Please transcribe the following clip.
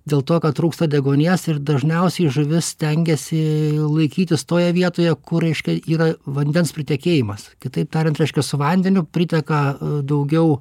dėl to kad trūksta deguonies ir dažniausiai žuvis stengiasi laikytis toje vietoje kur reiškia yra vandens pritekėjimas kitaip tariant reiškia su vandeniu priteka daugiau